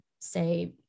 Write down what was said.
say